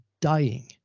dying